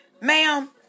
ma'am